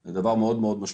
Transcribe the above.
זה דבר מאוד מאוד משמעותי.